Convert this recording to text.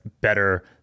better